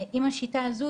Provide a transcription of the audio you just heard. אם השיטה הזו,